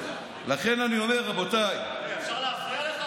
לכן אני אומר, רבותיי, אפשר להפריע לך?